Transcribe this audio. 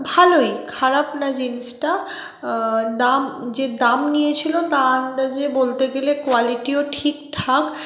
ভালই খারাপ না জিন্সটা দাম যে দাম নিয়েছিলো তা আন্দাজে বলতে গেলে কোয়ালিটিও ঠিকঠাক